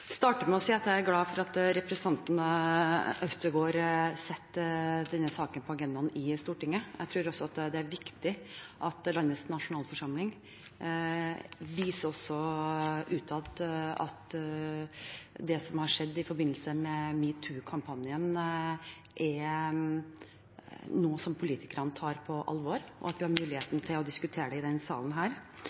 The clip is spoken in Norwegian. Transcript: er glad for at representanten Øvstegård setter denne saken på agendaen i Stortinget. Jeg tror også det er viktig at landets nasjonalforsamling viser utad at det som har skjedd i forbindelse med #metoo-kampanjen, er noe som politikerne tar på alvor, og at vi har muligheten til å diskutere det i denne salen.